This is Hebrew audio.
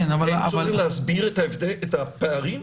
אין צורך להסביר את הפערים?